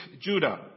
Judah